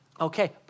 Okay